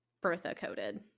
Bertha-coded